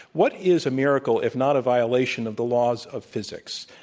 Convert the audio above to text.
what is a miracle if not a violation of the laws of physics?